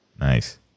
nice